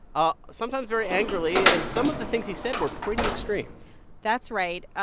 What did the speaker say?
ah sometimes very angrily. and some of the things he said were pretty extreme that's right.